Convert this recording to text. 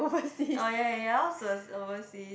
orh ya ya yours was oversea